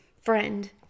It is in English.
friend